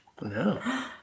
no